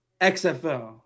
xfl